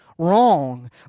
Wrong